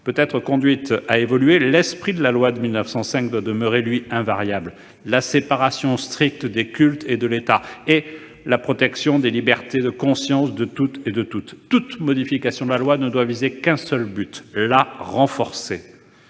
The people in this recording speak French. peut être conduite à évoluer, son esprit doit demeurer, lui, invariable : la séparation stricte des cultes et de l'État et la protection de la liberté de conscience de toutes et tous. Toute modification ne doit viser qu'un seul but : la renforcer.